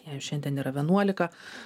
jai šiandien yra vienuolika